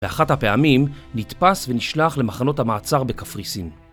באחת הפעמים נתפס ונשלח למחנות המעצר בקפריסין.